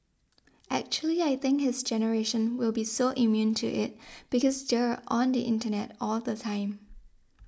actually I think his generation will be so immune to it because they're on the internet all the time